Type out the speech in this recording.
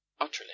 utterly